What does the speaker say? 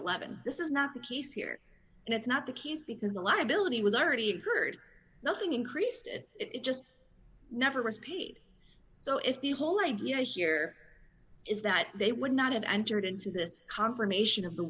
eleven this is not the case here and it's not the keys because a lot ability was already heard nothing increased it it just never was paid so if the whole idea here is that they would not have entered into this confirmation of the